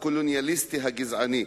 הקולוניאליסטי הגזעני,